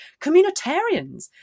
communitarians